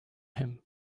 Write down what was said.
him